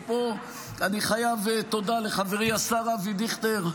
ופה אני חייב תודה לחברי השר אבי דיכטר,